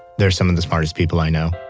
they're some of the smartest people i know,